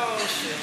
זה לא מ"שפע ואושר".